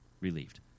relieved